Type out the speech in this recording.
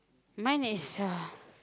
mine is uh